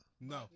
No